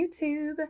YouTube